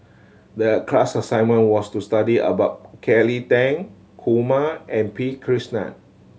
the class assignment was to study about Kelly Tang Kumar and P Krishnan